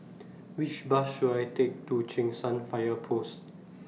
Which Bus should I Take to Cheng San Fire Post